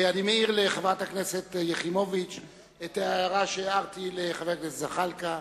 אני מעיר לחברת הכנסת יחימוביץ את ההערה שהערתי לחבר הכנסת זחאלקה.